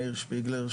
מאיר שפיגלר,